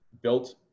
built